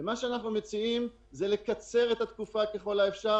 אנחנו מציעים לקצר את התקופה ככל האפשר.